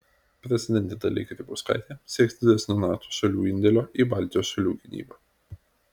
prezidentė dalia grybauskaitė sieks didesnio nato šalių indėlio į baltijos šalių gynybą